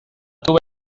tuve